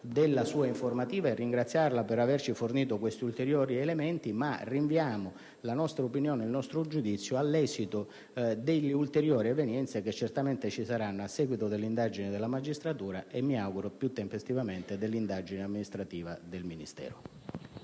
della sua informativa e ringraziarla per averci fornito questi ulteriori elementi, ma rinviamo il nostro giudizio all'esito delle ulteriori evenienze che certamente ci saranno a seguito delle indagini della magistratura, e mi auguro più tempestivamente dell'indagine amministrativa del Ministero.